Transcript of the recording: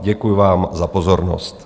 Děkuji vám za pozornost.